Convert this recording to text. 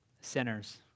sinners